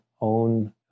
own